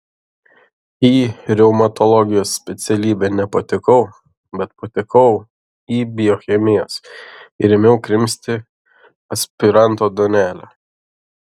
į reumatologijos specialybę nepatekau bet patekau į biochemijos ir ėmiau krimsti aspiranto duonelę